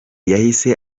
yahise